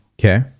okay